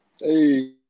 Hey